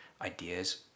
ideas